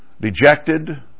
dejected